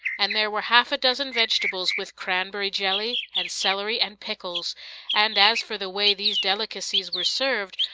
and there were half-a-dozen vegetables, with cranberry jelly, and celery, and pickles and as for the way these delicacies were served,